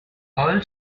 all